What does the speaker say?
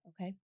Okay